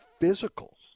physical